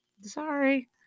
Sorry